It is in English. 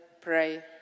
pray